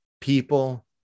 people